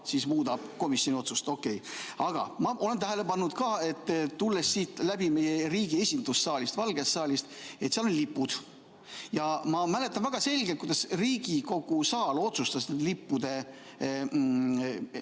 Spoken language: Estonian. saal muudab komisjoni otsust. Okei. Aga ma olen tähele pannud tulles siit läbi meie riigi esindussaalist, Valgest saalist, et seal on lipud. Ma mäletan väga selgelt, kuidas Riigikogu saal otsustas lippude olemasolu